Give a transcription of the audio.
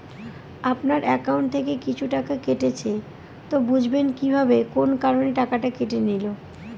আপনার একাউন্ট থেকে কিছু টাকা কেটেছে তো বুঝবেন কিভাবে কোন কারণে টাকাটা কেটে নিল?